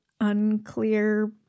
unclear